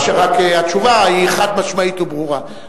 רק התשובה היא חד-משמעית וברורה.